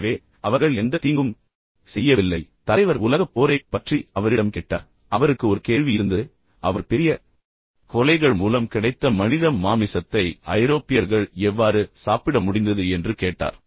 எனவே அவர்கள் எந்தத் தீங்கும் செய்யவில்லை பின்னர் தலைவர் உலகப் போரைப் பற்றி அவரிடம் கேட்டார் அவருக்கு ஒரு கேள்வி இருந்தது அவர் பெரிய கொலைகள் மூலம் கிடைத்த மனித மாமிசத்தை ஐரோப்பியர்கள் எவ்வாறு சாப்பிட முடிந்தது என்று கேட்டார்